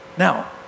Now